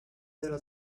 little